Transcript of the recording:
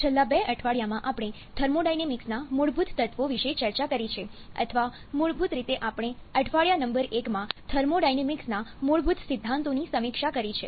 છેલ્લા બે અઠવાડિયામાં આપણે થર્મોડાયનેમિક્સના મૂળભૂત તત્વો વિશે ચર્ચા કરી છે અથવા મૂળભૂત રીતે આપણે અઠવાડિયા નંબર 1 માં થર્મોડાયનેમિક્સના મૂળભૂત સિદ્ધાંતોની સમીક્ષા કરી છે